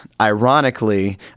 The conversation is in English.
ironically